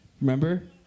Remember